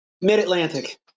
Mid-Atlantic